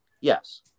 Yes